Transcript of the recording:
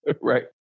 Right